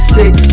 six